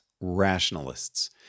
rationalists